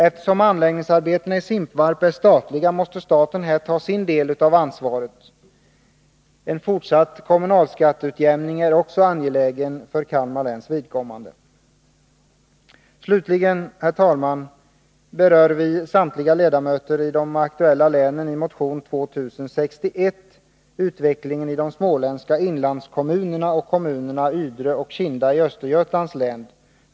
Eftersom anläggningsarbetena i Simpevarp är statliga måste staten här ta sin del av ansvaret. En fortsatt kommunalskatteutjämning är också angelägen för Kalmar läns vidkommande. I motion 2061 slutligen, herr talman, berör vi, samtliga centerledamöter i de aktuella länen, utvecklingen i de småländska inlandskommunerna och kommunerna Ydre och Kinda i Östergötlands län.